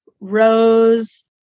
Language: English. rose